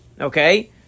Okay